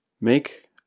Make